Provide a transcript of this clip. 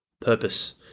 Purpose